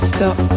Stop